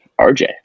RJ